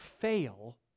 fail